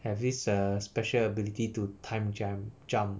have this uh a special ability to time jam jump